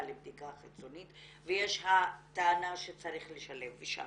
לבדיקה חיצונית ויש טענה שצריך לשלב שם.